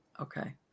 Okay